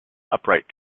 upright